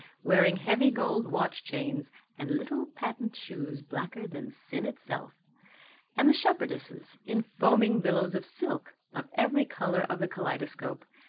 wearing heavy gold watch-chains and little patent shoes blacker than sin itself and the shepherdesses in foaming billows of silks of every colour of the kaleidoscope,